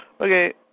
Okay